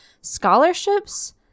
scholarships